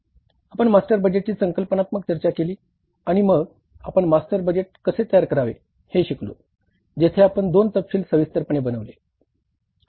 आपण मास्टर बजेटची संकल्पनात्मक चर्चा केली आणि मग आपण मास्टर बजेट कसे तयार करावे हे शिकलो जेथे आपण दोन तपशील सविस्तरपणे बनविले